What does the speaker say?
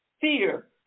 fear